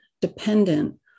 dependent